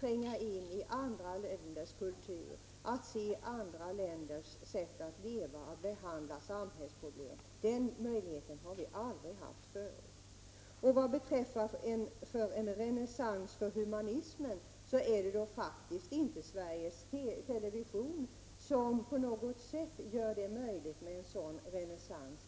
tränga in i andra länders kultur och att se människors i andra länder sätt att leva och behandla samhällsproblem. Den möjligheten har vi aldrig haft förut. Det är faktiskt inte Sveriges Television som möjliggör en renässans för humanismen, som Catarina Rönnung talade om.